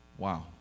Wow